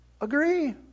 agree